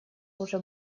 уже